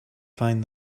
find